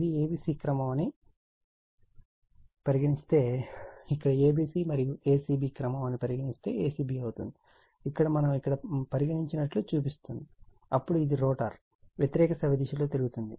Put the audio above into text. ఇది a b c క్రమం అని పరిగణిస్తే ఇక్కడ a b c మరియు a c b క్రమం అని పరిగణిస్తే a c b అవుతుంది ఇక్కడ మనం ఇక్కడ పరిగణించినట్లు చూపిస్తోంది అప్పుడు ఇది రోటర్ వ్యతిరేక సవ్యదిశలో తిరుగుతుంది